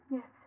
Yes